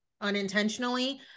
unintentionally